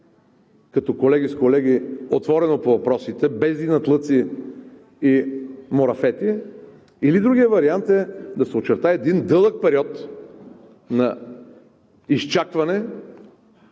като колеги с колеги отворено по въпросите, без инатлъци и мурафети, или – другият вариант е да се очертае дълъг период на изчакване.